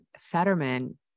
Fetterman